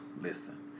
Listen